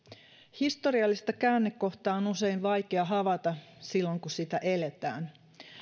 historiallista käännekohtaa on usein vaikea havaita silloin kun sitä eletään